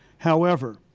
however,